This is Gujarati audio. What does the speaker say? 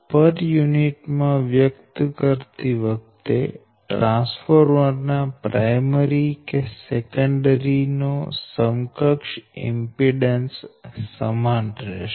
પર યુનિટ માં વ્યક્ત કરતી વખતે ટ્રાન્સફોર્મર ના પ્રાયમરી કે સેકન્ડરી નો સમકક્ષ ઇમ્પીડેન્સ સમાન રહેશે